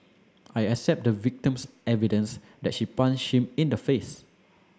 I accept the victim's evidence that she punched him in the face